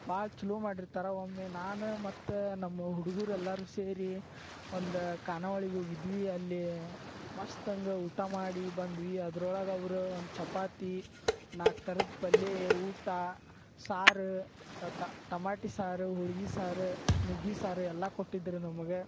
ಭಾಳ್ ಛಲೋ ಮಾಡಿರ್ತಾರೆ ಒಮ್ಮೆ ನಾನು ಮತ್ತು ನಮ್ಮ ಹುಡುಗರು ಎಲ್ಲಾರೂ ಸೇರಿ ಒಂದು ಖಾನಾವಳಿಗ ಹೋಗಿದ್ವಿ ಅಲ್ಲಿ ಮಸ್ತಂಗ ಊಟ ಮಾಡಿ ಬಂದ್ವಿ ಅದ್ರೊಳಗ ಅವರ ಒಂದು ಚಪಾತಿ ನಾಲ್ಕು ಥರದ ಪಲ್ಲೆ ಊಟ ಸಾರ ಟಮಾಟಿ ಸಾರು ಹೋಳ್ಗಿ ಸಾರ ನುಗ್ಗಿ ಸಾರು ಎಲ್ಲಾ ಕೊಟ್ಟಿದ್ರ ನಮ್ಗೆ